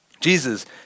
Jesus